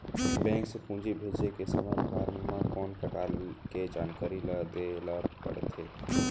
Bank से पूंजी भेजे के समय फॉर्म म कौन परकार के जानकारी ल दे ला पड़थे?